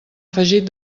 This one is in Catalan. afegit